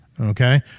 okay